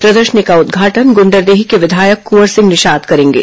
प्रदर्शनी का उद्घाटन गुंडरदेही के विधायक कुंवर सिंह निषाद करेंगे